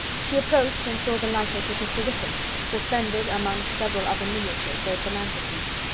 she approached and saw the likeness of mr. wickham, suspended, amongst several other miniatures, over the mantelpiece.